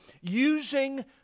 using